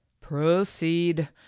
proceed